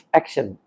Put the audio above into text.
action